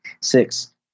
six